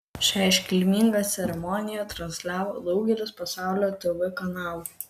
šią iškilmingą ceremoniją transliavo daugelis pasaulio tv kanalų